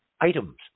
Items